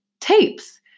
tapes